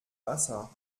wasser